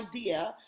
idea